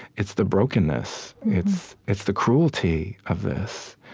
it's the brokenness. it's it's the cruelty of this.